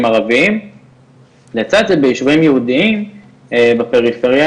ערביים לצד ביישובים יהודיים בפריפריה,